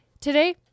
Today